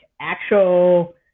actual